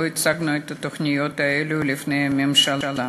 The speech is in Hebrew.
הצגנו את התוכניות האלה לפני הממשלה.